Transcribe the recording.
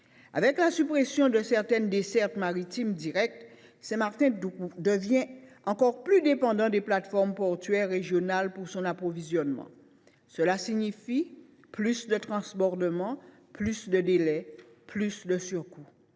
Avec la suppression de certaines dessertes maritimes directes, Saint Martin devient encore plus dépendante des plateformes portuaires régionales pour son approvisionnement. Cela signifie plus de transbordements, de délais et de surcoûts.